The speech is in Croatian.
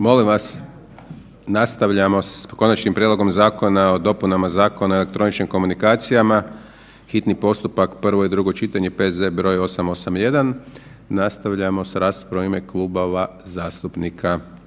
STANKE Nastavljamo s: - Konačni prijedlog Zakona o dopuni Zakona o elektroničkim komunikacijama, hitni postupak, prvo i drugo čitanje, P.Z. br. 881 Nastavljamo s raspravom u ime klubova zastupnika.